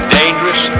dangerous